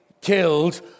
killed